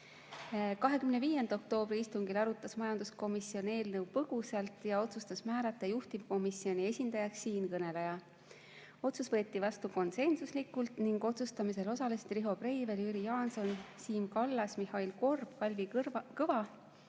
25. oktoobri istungil arutas majanduskomisjon eelnõu põgusalt ja otsustas määrata juhtivkomisjoni esindajaks siinkõneleja. Otsus võeti vastu konsensuslikult ning otsustamisel osalesid Riho Breivel, Jüri Jaanson, Siim Kallas, Mihhail Korb, Kalvi Kõva,